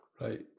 Right